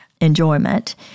enjoyment